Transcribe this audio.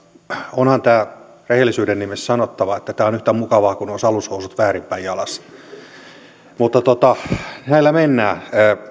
onhan tässä rehellisyyden nimessä sanottava että tämä on yhtä mukavaa kuin olisi alushousut väärinpäin jalassa mutta näillä mennään